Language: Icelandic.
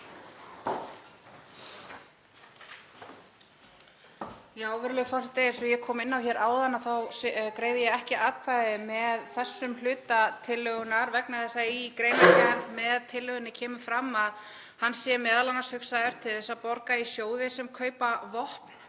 Virðulegur forseti. Eins og ég kom inn á hér áðan þá greiði ég ekki atkvæði með þessum hluta tillögunnar vegna þess að í greinargerð með tillögunni kemur fram að hann sé m.a. hugsaður til þess að borga í sjóði sem kaupa vopn